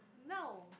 no